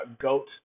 goat